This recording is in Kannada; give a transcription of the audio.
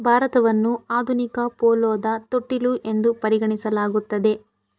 ಭಾರತವನ್ನು ಆಧುನಿಕ ಪೋಲೋದ ತೊಟ್ಟಿಲು ಎಂದು ಪರಿಗಣಿಸಲಾಗುತ್ತದೆ